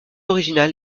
originale